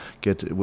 get